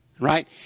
right